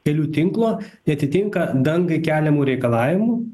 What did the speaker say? kelių tinklo neatitinka dangai keliamų reikalavimų